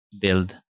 build